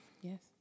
Yes